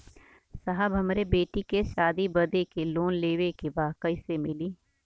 साहब हमरे बेटी के शादी बदे के लोन लेवे के बा कइसे मिलि?